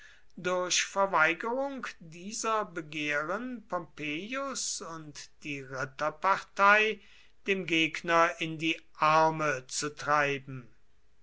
durch verweigerung dieser begehren pompeius und die ritterpartei dem gegner in die arme zu treiben